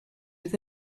with